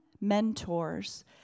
mentors